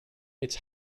its